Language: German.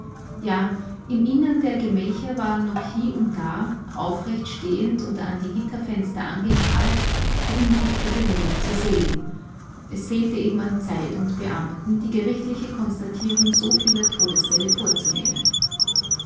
ja im innern der gemächer waren noch hie und da aufrecht stehend und an die gitterfenster angekrallt verunglückte bewohner zu sehen es fehlte eben an zeit und beamten die gerichtliche konstatierung so vieler todesfälle vorzunehmen